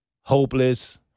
Hopeless